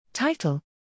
TITLE